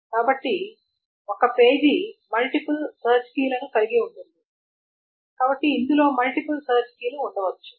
కాబట్టి ఒకే పేజీ మల్టీపుల్ సెర్చ్ కీలను కలిగి ఉంటుంది కాబట్టి ఇందులో మల్టీపుల్ సెర్చ్ కీలు ఉండవచ్చు